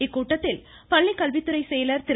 இக்கூட்டத்தில் பள்ளிக்கல்வித்துறை செயலர் திரு